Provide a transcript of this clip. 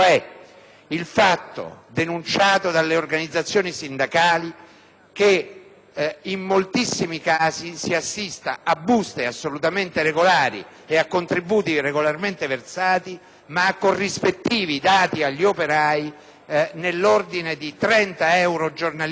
il fatto, denunciato dalle organizzazione sindacali, che in moltissimi casi vi sono buste paga assolutamente regolari e contributi regolarmente versati, ma corrispettivi pagati agli operai nell'ordine di 30 euro giornalieri